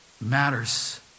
matters